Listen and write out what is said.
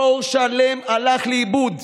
דור שלם הלך לאיבוד.